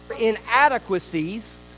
inadequacies